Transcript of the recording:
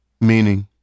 meaning